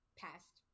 passed